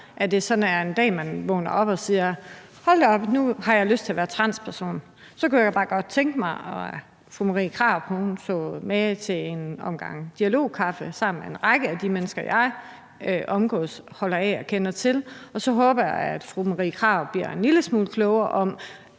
at være, sådan at man en dag vågner op og siger: Hold da op, nu har jeg lyst til at være transperson. Jeg kunne så godt bare tænke mig, at fru Marie Krarup tog med til en omgang dialogkaffe sammen med en række af de mennesker, jeg omgås, holder af og kender til, og så håber jeg, at fru Marie Krarup bliver en lille smule klogere på